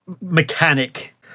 mechanic